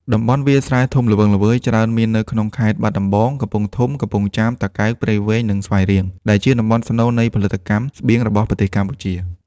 តំបន់វាលស្រែធំល្វឹងល្វើយច្រើនមាននៅក្នុងខេត្តបាត់ដំបង កំពង់ធំ កំពង់ចាម តាកែវ ព្រៃវែង និងស្វាយរៀង ដែលជាតំបន់ស្នូលនៃផលិតកម្មស្បៀងរបស់ប្រទេសកម្ពុជា។